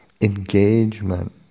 engagement